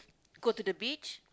go to the beach